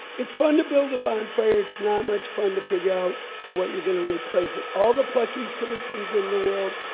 it's fun to build a bonfire, it's not much fun to figure out what you're going to replace it with. all the plucky citizens in the world,